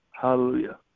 hallelujah